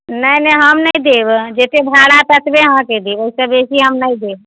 नहि नहि हम नहि देब जतेक भाड़ा ततबे अहाँकेँ हम देब ओहिसँ बेसी हम नहि देब